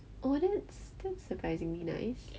!ow! that's that's surprisingly nice